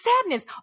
sadness